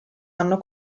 anno